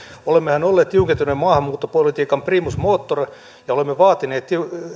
olemmehan olleet tiukentuneen maahanmuuttopolitiikan primus motor ja olemme vaatineet